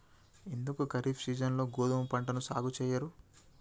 ఎందుకు ఖరీఫ్ సీజన్లో గోధుమ పంటను సాగు చెయ్యరు?